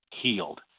healed